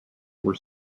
were